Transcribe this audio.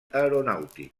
aeronàutic